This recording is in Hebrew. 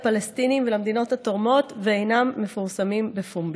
לפלסטינים ולמדינות התורמות ואינם מפורסמים באופן פומבי.